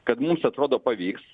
kad mums atrodo pavyks